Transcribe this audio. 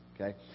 Okay